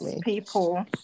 people